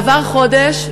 עבר חודש,